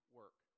work